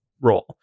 role